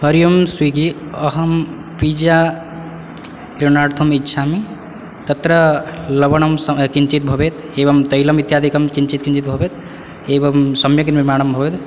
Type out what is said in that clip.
हरि ओं स्विग्गि अहं पिज्जा क्रिणार्थम् इच्छामि तत्र लवणं किञ्चित् भवेत् एवं तैलमित्यादिकं किञ्चित् किञ्चित् भवेत् एवं सम्यक् निर्माणं भवेत्